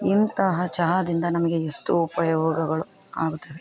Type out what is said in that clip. ಇಂತಹ ಚಹಾದಿಂದ ನಮಗೆ ಎಷ್ಟೋ ಉಪಯೋಗಗಳು ಆಗುತ್ತವೆ